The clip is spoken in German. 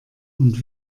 und